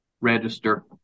register